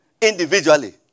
individually